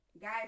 Guys